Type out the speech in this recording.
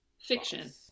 fiction